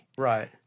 Right